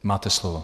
Máte slovo.